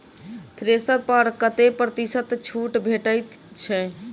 Thresher पर कतै प्रतिशत छूट भेटय छै?